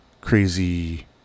crazy